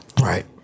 Right